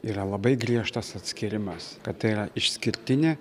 yra labai griežtas atskyrimas kad tai yra išskirtinė